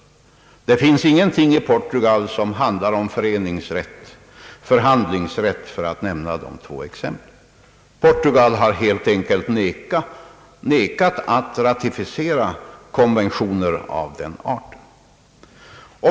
Det finns ingenting i Portugal som handlar om föreningsrätt eller förhandlingsrätt, för att nämna de två exemplen. Portugal har helt enkelt nekat att ratificera konventioner av den arten.